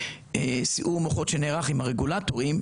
סיעור מוחות שנערך עם הרגולטורים,